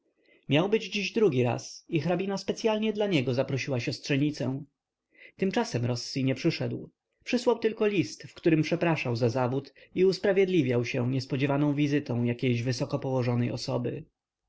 miał być dziś drugi raz i hrabina specyalnie dla niego zaprosiła siostrzenicę tymczasem rossi nie przyszedł przysłał tylko list w którym przepraszał za zawód i usprawiedliwiał się niespodziewaną wizytą jakiejś wysoko położonej osoby